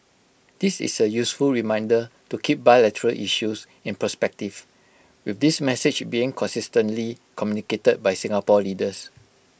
this is A useful reminder to keep bilateral issues in perspective with this message being consistently communicated by Singapore leaders